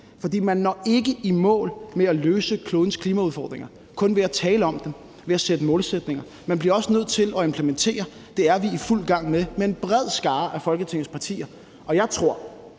for man når ikke i mål med at løse klodens klimaudfordringer kun ved at tale om dem, ved at lave målsætninger. Man bliver også nødt til at implementere det. Det er vi i fuld gang med sammen med en bred skare af Folketingets partier, og jeg tror,